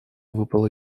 выпала